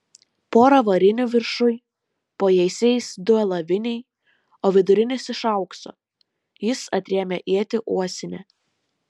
pora varinių viršuj po jaisiais du alaviniai o vidurinis iš aukso jis atrėmė ietį uosinę